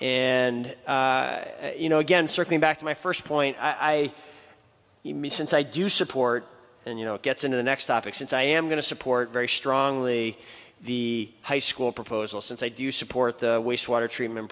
d you know again circling back to my first point i see me since i do support and you know it gets into the next topic since i am going to support very strongly the high school proposal since i do support the wastewater treatment